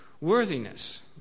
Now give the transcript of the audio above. worthiness